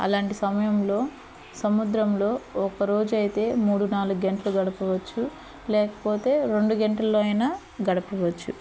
అలాంటి సమయంలో సముద్రంలో ఒక్కరోజైతే మూడు నాలుగు గంటెలు గడపవచ్చు లేకపోతే రెండు గంటెల్లో అయినా గడపవచ్చు